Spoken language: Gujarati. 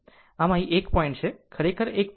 આમ અહીં પણ તે 1 પોઇન્ટ છે ખરેખર તે 1